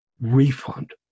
refund